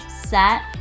set